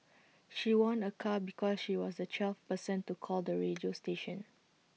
she won A car because she was the twelfth person to call the radio station